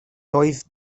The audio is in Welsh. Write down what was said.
doedd